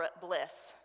bliss